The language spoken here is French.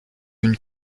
une